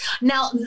now